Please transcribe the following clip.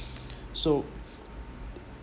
so